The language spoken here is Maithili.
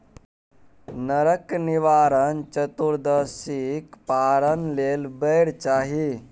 नरक निवारण चतुदर्शीक पारण लेल बेर चाही